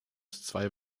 zwei